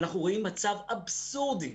אנחנו רואים מצב אבסורדי,